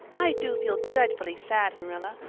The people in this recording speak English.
i do feel dreadfully sad, marilla.